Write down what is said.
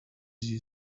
you